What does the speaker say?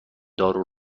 دارو